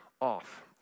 off